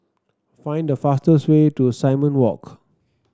find the fastest way to Simon Walk